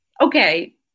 Okay